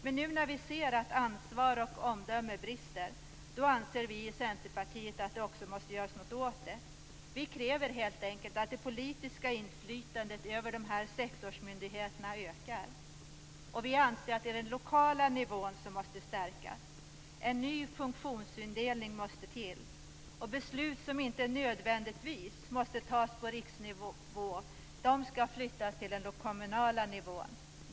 Men nu när vi ser att ansvar och omdöme brister, anser vi i Centerpartiet att det också måste göras något åt detta. Vi kräver helt enkelt att det politiska inflytandet över de här sektorsmyndigheterna ökar. Och vi anser att det är den lokala nivån som måste stärkas. En ny funktionsindelning måste till, och beslut som inte nödvändigtvis måste fattas på riksnivå skall flyttas till den kommunala nivån.